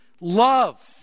Love